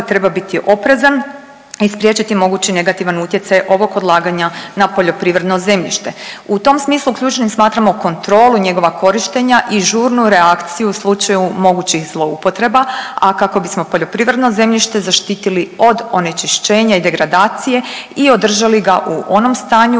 treba biti oprezan i spriječiti mogući negativan utjecaj ovog odlaganja na poljoprivredno zemljište. U tom smislu ključnim smatramo kontrolu njegova korištenja i žurnu reakciju u slučaju mogućih zloupotreba, a kako bismo poljoprivredno zemljište zaštitili od onečišćenja i degradacije i održali ga u onom stanju